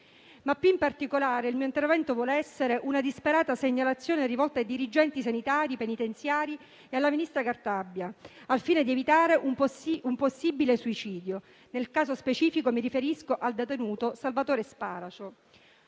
Più in particolare, il mio intervento vuol essere una disperata segnalazione, rivolta ai dirigenti sanitari penitenziari e al ministro Cartabia, al fine di evitare un possibile suicidio. Nel caso specifico, mi riferisco al detenuto Salvatore Sparacio.